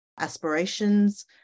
aspirations